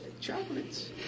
Chocolates